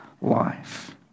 life